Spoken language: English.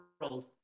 world